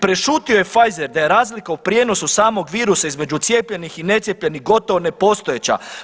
Prešutio je Pfizer da je razlika u prijenosu samog virusa između cijepljenih i necijepljenih gotovo nepostojeća.